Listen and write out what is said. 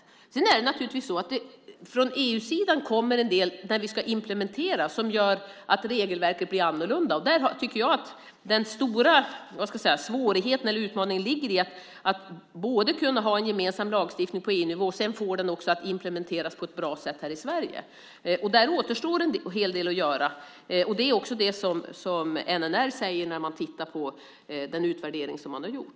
Sedan kommer det naturligtvis en del från EU-sidan som vi ska implementera och som gör att regelverket blir annorlunda. Den stora svårigheten eller utmaningen ligger i att både kunna ha en gemensam lagstiftning på EU-nivå och få den implementerad på ett bra sätt här i Sverige. Där återstår en hel del att göra. Det säger också NNR när man tittar på den utvärdering man har gjort.